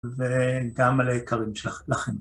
וגם על העיקרים שלכם.